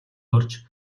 орж